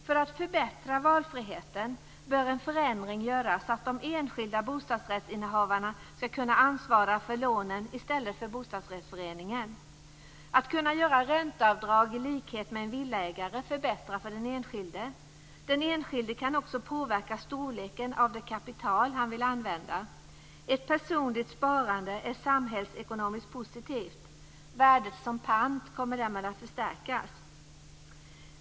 För att förbättra valfriheten bör en förändring göras så att de enskilda bostadsrättsinnehavarna ska kunna ansvara för lånen i stället för bostadsrättsföreningen. Att kunna göra ränteavdrag i likhet med en villaägare förbättrar för den enskilde. Den enskilde kan också påverka storleken av det kapital som han vill använda. Ett personligt sparande är samhällsekonomiskt positivt. Värdet som pant kommer därmed att förstärkas.